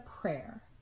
Prayer